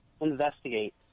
investigate